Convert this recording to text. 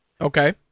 Okay